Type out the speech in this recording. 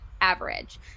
average